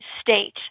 state